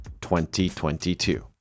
2022